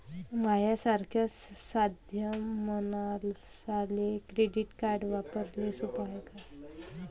माह्या सारख्या साध्या मानसाले क्रेडिट कार्ड वापरने सोपं हाय का?